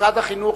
משרד החינוך,